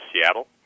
Seattle